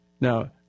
Now